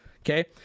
okay